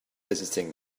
visiting